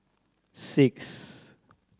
six